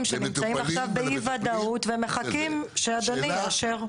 שנמצאים עכשיו באי ודאות ומחכים שאדוני יאשר.